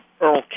Earl